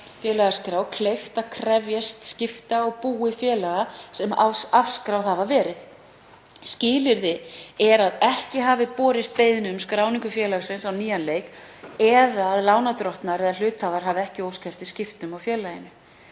hlutafélagaskrá kleift að krefjast skipta á búi félaga sem afskráð hafa verið. Skilyrði er að ekki hafi borist beiðni um skráningu félagsins á nýjan leik eða að lánardrottnar eða hluthafar hafi ekki óskað eftir skiptum á félaginu.